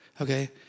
okay